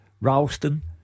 Ralston